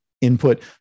input